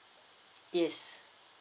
yes